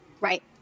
Right